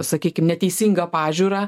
sakykim neteisingą pažiūrą